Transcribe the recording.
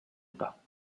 pas